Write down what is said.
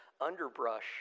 underbrush